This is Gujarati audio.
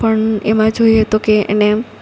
પણ એમાં જોઈએ તો કે એને